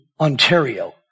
Ontario